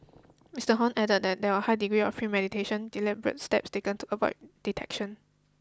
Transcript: Mister Hon added that there are high degree of premeditation deliberate steps taken to avoid detection